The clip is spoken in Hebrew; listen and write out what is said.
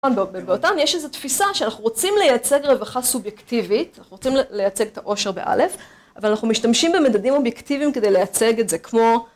בבהוטן יש איזה תפיסה שאנחנו רוצים לייצג רווחה סובייקטיבית, אנחנו רוצים לייצג את האושר באלף, אבל אנחנו משתמשים במדדים אובייקטיביים כדי לייצג את זה, כמו...